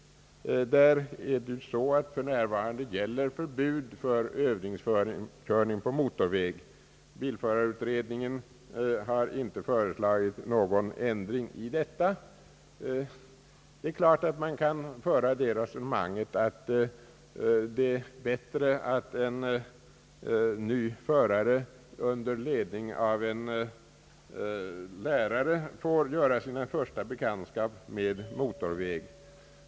För närvarande gäller förbud mot övningskörning på motorväg. Bilförarutredningen har inte föreslagit någon ändring av detta. Det är klart att vi kan föra det resonemanget att det är bättre att en ny förare under ledning av en lärare får göra sin första bekantskap med motorväg.